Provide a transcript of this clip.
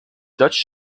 dutch